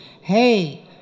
Hey